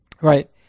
right